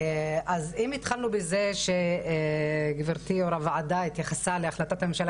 אם התחלנו בזה שגבירתי יושבת ראש הוועדה התייחסה להחלטת הממשלה